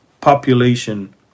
population